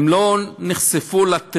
אבל הן לא נחשפו לטרור.